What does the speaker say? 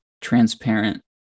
transparent